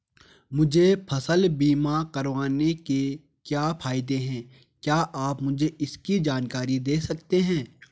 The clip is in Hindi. मुझे फसल बीमा करवाने के क्या फायदे हैं क्या आप मुझे इसकी जानकारी दें सकते हैं?